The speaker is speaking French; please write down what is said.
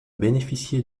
bénéficier